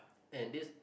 and this